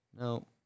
No